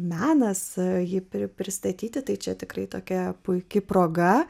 menas ji turi pristatyti tai čia tikrai tokia puiki proga